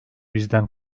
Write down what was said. bizden